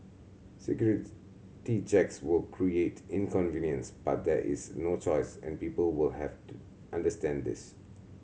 security checks will create inconvenience but there is no choice and people will have to understand this